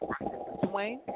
Dwayne